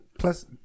Plus